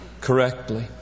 correctly